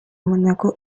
monaco